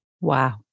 Wow